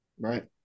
Right